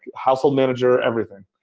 household manager, everything.